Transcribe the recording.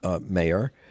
mayor